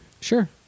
Sure